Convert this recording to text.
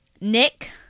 nick